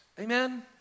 Amen